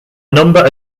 number